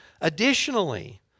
Additionally